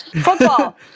Football